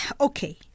okay